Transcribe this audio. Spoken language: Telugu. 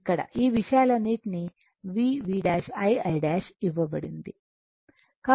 ఇక్కడ ఈ విషయాలన్నింటికీ V V' I I' ఇవ్వబడింది